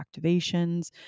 activations